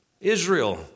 Israel